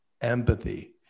empathy